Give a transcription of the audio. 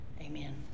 Amen